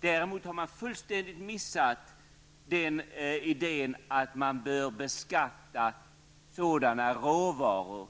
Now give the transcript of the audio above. Däremot har man fullständigt missat idén att man bör beskatta sådana råvaror